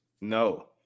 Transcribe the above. No